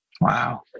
wow